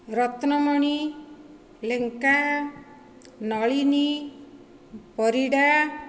Ratnamani Lenka Nalini Parida